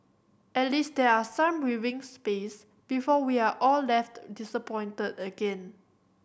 at least there are some breathing space before we are all left disappointed again